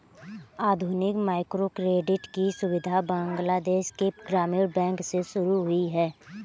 आधुनिक माइक्रोक्रेडिट की सुविधा बांग्लादेश के ग्रामीण बैंक से शुरू हुई है